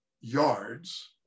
yards